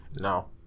No